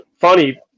funny